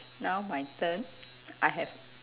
now my turn I have